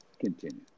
Continue